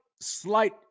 slight